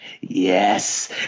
Yes